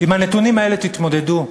עם הנתונים האלה תתמודדו.